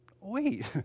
wait